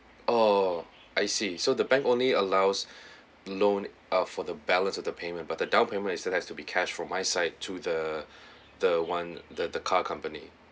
oh I see so the bank only allows loan ah for the balance of the payment but the down payment is still has to be cash from my side to the the one the the car company